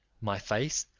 my face,